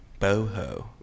Boho